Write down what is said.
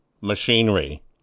machinery